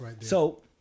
So-